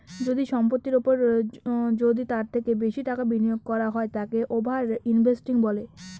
যদি সম্পত্তির ওপর যদি তার থেকে বেশি টাকা বিনিয়োগ করা হয় তাকে ওভার ইনভেস্টিং বলে